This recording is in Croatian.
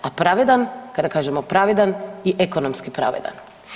A pravedan, kada kažemo pravedan i ekonomski pravedan.